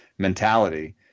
mentality